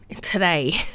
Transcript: Today